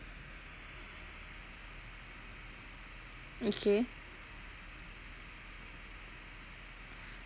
okay